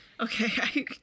okay